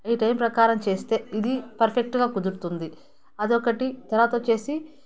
ఈ టైం ప్రకారం చేస్తే ఇది పర్ఫెక్ట్గా కుదురుతుంది అదొకటి తరువాత వచ్చేసి